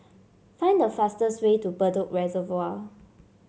find the fastest way to Bedok Reservoir